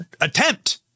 attempt